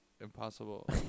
impossible